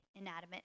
inanimate